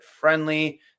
friendly